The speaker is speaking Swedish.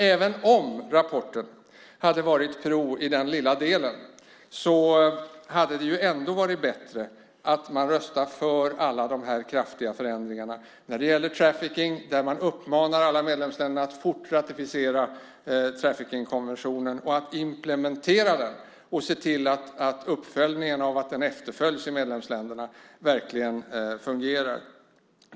Även om rapporten hade varit pro i den lilla delen hade det ändå varit bättre att rösta för alla dessa kraftiga förändringar som gäller trafficking. Man uppmanar alla medlemsländer att fort ratificera traffickingkonventionen, att implementera den och se till att uppföljningen av att den efterföljs i medlemsländer verkligen fungerar.